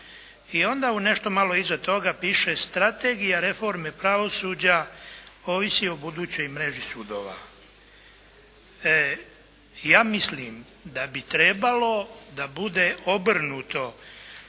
i onda nešto malo iza toga piše Strategija reforme pravosuđa ovisi o budućoj mreži sudova. Ja mislim da bi trebalo da bude obrnuto